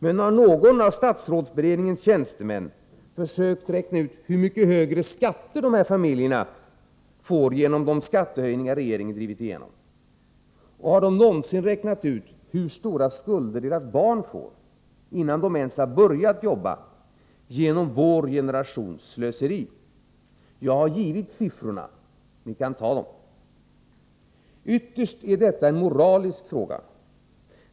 Men har någon av statsrådsberedningens tjänstemän försökt räkna ut hur mycket högre skatter dessa familjer får genom de skattehöjningar som regeringen drivit igenom? Och har de någonsin räknat ut hur stora skulder deras barn får — innan de ens har börjat jobba — genom vår generations slöseri? Jag har givit siffrorna — ni kan ta dem! Ytterst är detta en moralisk fråga.